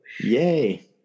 Yay